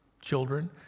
children